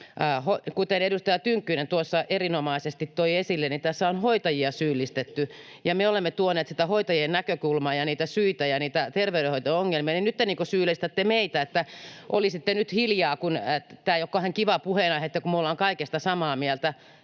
Kuten edustaja Tynkkynen tuossa erinomaisesti toi esille, niin tässä on hoitajia syyllistetty. Me olemme tuoneet sitä hoitajien näkökulmaa ja niitä syitä ja niitä terveydenhoito-ongelmia, ja nyt te syyllistätte meitä. Olisitte nyt hiljaa, kun tämä ei ole kauhean kiva puheenaihe, että kun me olemme kaikesta samaa mieltä.